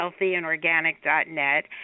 healthyandorganic.net